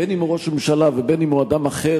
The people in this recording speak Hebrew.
בין אם הוא ראש ממשלה ובין אם הוא אדם אחר,